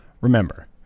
Remember